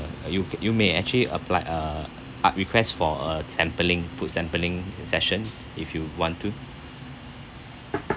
you you may actually apply uh ah request for a sampling food sampling session if you want to